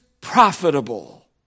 profitable